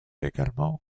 également